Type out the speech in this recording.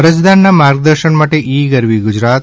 અરજદારના માર્ગદર્શન માટે ઈ ગરવી ગુજરાત